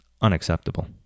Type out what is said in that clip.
Unacceptable